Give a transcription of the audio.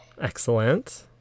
Excellent